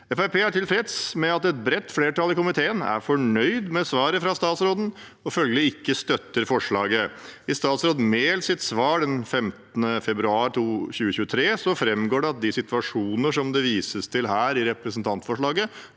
er tilfreds med at et bredt flertall i komiteen er fornøyd med svaret fra statsråden og støtter følgelig ikke forslaget. I statsråd Mehls svar den 15. februar 2023 framgår det at de situasjoner det vises til i representantforslaget,